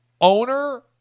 owner